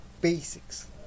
Basics